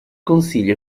consiglio